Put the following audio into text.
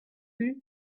the